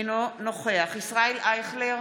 אינו נוכח ישראל אייכלר,